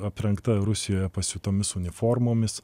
aprengta rusijoje pasiūtomis uniformomis